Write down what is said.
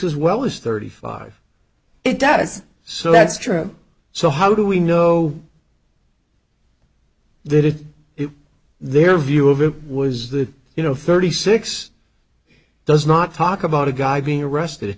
as well as thirty five it does so that's true so how do we know that is if their view of it was that you know thirty six does not talk about a guy being arrested i